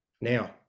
now